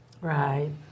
Right